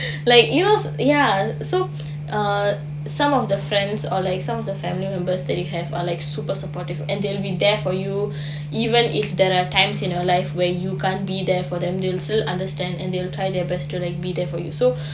like you know ya so err some of the friends or like some of the family members that you have are like super supportive and they will be there for you even if there are times in your life where you can't be there for them they will still understand and they will try their best to be there for you so